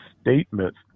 statements